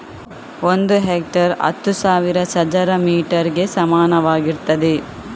ಒಂದು ಹೆಕ್ಟೇರ್ ಹತ್ತು ಸಾವಿರ ಚದರ ಮೀಟರ್ ಗೆ ಸಮಾನವಾಗಿರ್ತದೆ